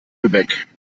lübeck